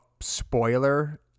spoiler